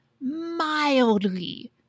mildly